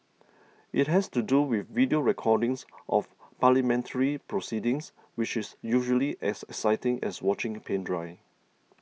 it has to do with video recordings of parliamentary proceedings which is usually as exciting as watching paint dry